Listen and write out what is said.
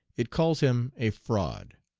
it calls him a fraud.